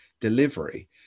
delivery